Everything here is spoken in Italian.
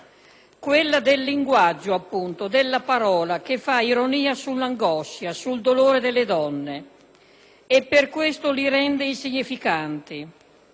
quella del linguaggio, appunto, della parola, che fa ironia sull'angoscia e sul dolore delle donne e per questo li rende insignificanti.